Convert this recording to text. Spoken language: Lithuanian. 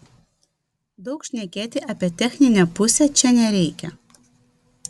daug šnekėti apie techninę pusę čia nereikia